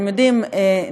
אתם יודעים,